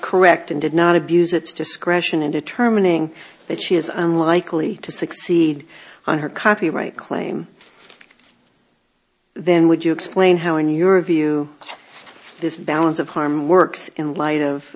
correct and did not abuse its discretion in determining that she is unlikely to succeed on her copyright claim then would you explain how in your view this balance of harm works in light of